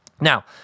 Now